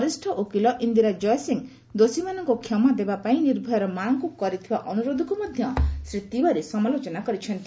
ବରିଷ୍ଣ ଓକିଲା ଇନ୍ଦିରା ଜୟସିଂହ ଦୋଷୀମାନଙ୍କୁ କ୍ଷମା ଦେବା ପାଇଁ ନିର୍ଭୟାର ମା'ଙ୍କୁ କରିଥିବା ଅନୁରୋଧକୁ ମଧ୍ୟ ଶ୍ରୀ ତିଓ୍ୱାରୀ ସମାଲୋଚନା କରିଛନ୍ତି